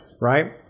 right